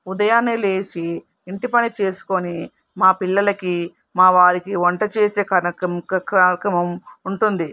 ఉదయాన్నే లేచి ఇంటి పని చేసుకొని మా పిల్లలకి మా వారికి వంటి చేసే కనకం కార్యక్రమం ఉంటుంది